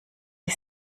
ich